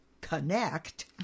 connect